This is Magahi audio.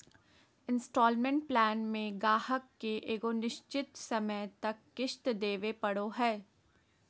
इन्सटॉलमेंट प्लान मे गाहक के एगो निश्चित समय तक किश्त देवे पड़ो हय